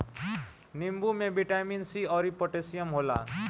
नींबू में vitamin C अउरी पोटैशियम होला